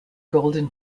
golden